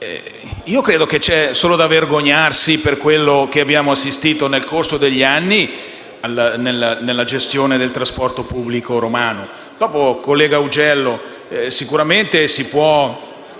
ci si dovrebbe solo vergognare per quello a cui abbiamo assistito nel corso degli anni nella gestione del trasporto pubblico romano.